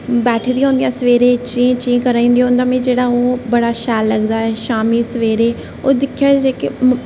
बैठी दियां होंदियां सवेरे चीं चीं करा दियां होंदियां उं'दा मीं जेह्ड़ा ओह् मिगी ओह् बड़ा शैल लगदा ऐ शामीं सवेरे ओह् दिक्खेओ जेह्के